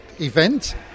event